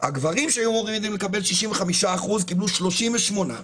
הגברים שהיו אמורים לקבל 65% קיבלו 38%,